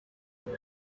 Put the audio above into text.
iyo